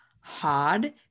hard